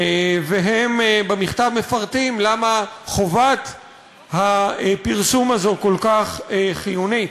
והם במכתב מפרטים למה חובת הפרסום הזו כל כך חיונית.